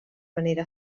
manera